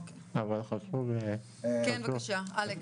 כן, בבקשה, אלכס.